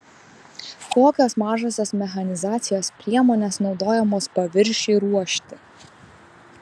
kokios mažosios mechanizacijos priemonės naudojamos paviršiui ruošti